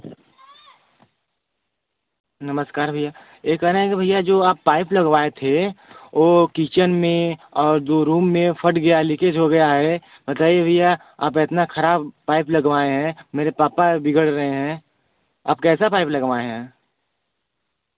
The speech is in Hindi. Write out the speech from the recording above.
नमस्कार भैया यह कह रहे हैं भैया जो आप पाईप लगवाए थे वह किचन में और जो रूम में फट गया है लीकेज हो गया है बताईए भैया आप एतना खराब पाईप लगवाए हैं मेरे पापा बिगड़ रहे हैं आप कैसा पाइप लगवाए हैं